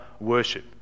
worship